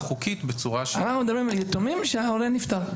חוקית בצורה --- אנחנו מדברים על יתומים שההורה נפטר.